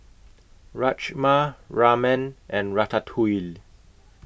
Rajma Ramen and Ratatouille